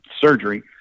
surgery